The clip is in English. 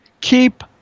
Keep